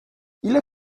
ile